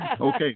Okay